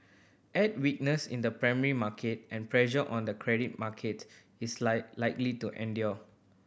add weakness in the primary market and pressure on the credit market is like likely to endure